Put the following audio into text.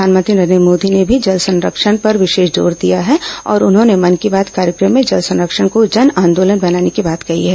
प्रधानमंत्री नरेन्द्र मोदी ने भी जल संरक्षण पर विशेष जोर दिया है और उन्होंने मन की बात कार्यक्रम में जल संरक्षण को जन आंदोलन बनाने की बात कही है